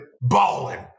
balling